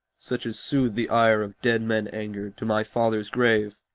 such as soothe the ire of dead men angered, to my father's grave?